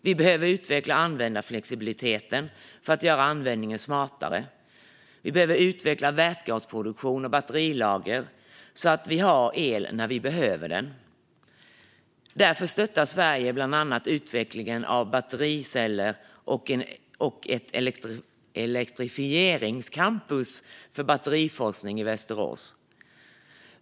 Vi behöver utveckla användarflexibiliteten för att göra användningen smartare, och vi behöver utveckla vätgasproduktion och batterilager så att vi har el när vi behöver det. Därför stöttar Sverige bland annat utvecklingen av battericeller och ett elektrifieringscampus för batteriforskning i Västerås.